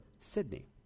Sydney